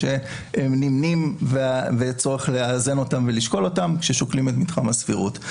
שנמנים והצורך לאזן אותם ולשקול אותם כששוקלים את מתחם הסבירות.